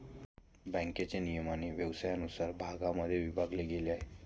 बँकेचे नियमन व्यवसायानुसार भागांमध्ये विभागले गेले आहे